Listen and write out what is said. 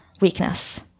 weakness